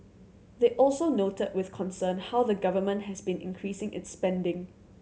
they also noted with concern how the Government has been increasing its spending